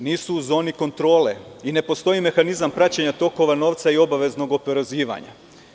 Znači nisu u zoni kontrole, i ne postoji mehanizam praćenja tokova novca i obaveznog oporezivanja.